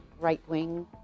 right-wing